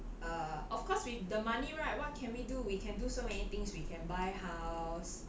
err of course with the money right what can we do we can do so many things we can buy house